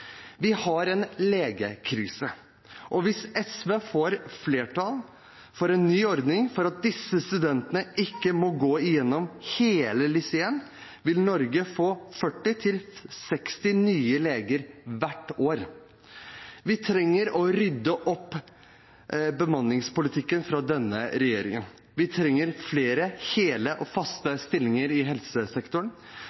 Vi har en legekrise. Hvis SV får flertall for en ny ordning der disse studentene ikke må gå igjennom hele LIS1, vil Norge få 40–60 nye leger hvert år. Vi trenger å rydde opp etter bemanningspolitikken fra denne regjeringen. Vi trenger flere hele og faste